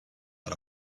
not